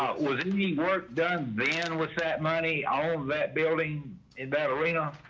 was any work done then with that money, all that building in that arena,